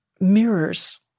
mirrors